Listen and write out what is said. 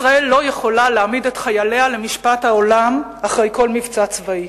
ישראל לא יכולה להעמיד את חייליה למשפט העולם אחרי כל מבצע צבאי.